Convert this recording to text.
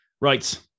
Right